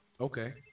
Okay